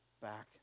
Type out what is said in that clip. back